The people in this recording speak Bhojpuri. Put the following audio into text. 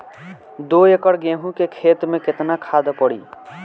दो एकड़ गेहूँ के खेत मे केतना खाद पड़ी?